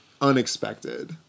unexpected